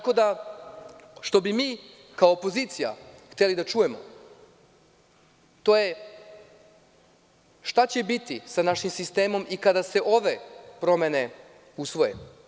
Ono što bi mi, kao opozicija hteli da čujemo to je šta će biti sa našim sistemom i kada se ove promene usvoje?